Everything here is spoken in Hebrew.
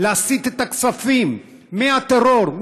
להסיט את הכספים מהטרור,